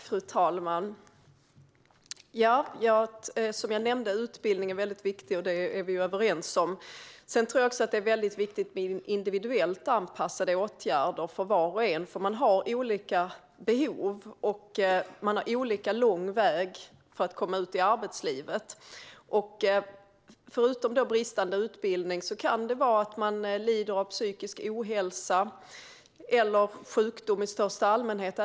Fru talman! Som jag nämnde är utbildning viktigt, och det är vi överens om. Det är också viktigt med individuellt anpassade åtgärder för var och en, för man har olika behov och olika lång väg för att komma ut i arbetslivet. Förutom bristande utbildning kan det handla om psykisk ohälsa eller sjukdom i största allmänhet.